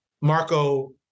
Marco